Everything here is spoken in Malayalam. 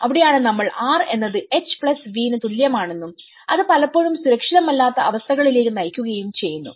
അവിടെയാണ് നമ്മൾ R എന്നത് HV ന് തുല്യമാണെന്നും അത് പലപ്പോഴും സുരക്ഷിതമല്ലാത്ത അവസ്ഥകളിലേക്ക് നയിക്കുകയും ചെയ്യുന്നു